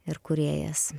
ir kūrėjas